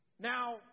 Now